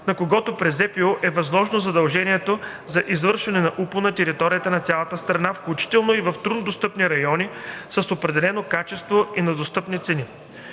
на когото чрез ЗПУ е възложено задължение за извършване на УПУ на територията на цялата страна, включително и в труднодостъпни райони, с определено качество и на достъпни цени.